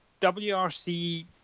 wrc